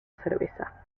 cerveza